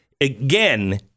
again